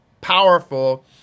powerful